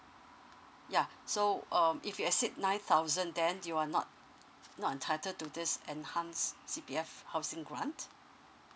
ya so um if your exceed nine thousand then you're not not entitled to this enhance C_P_F housing grant